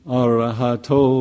arahato